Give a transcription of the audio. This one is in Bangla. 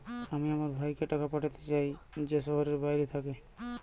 আমি আমার ভাইকে টাকা পাঠাতে চাই যে শহরের বাইরে থাকে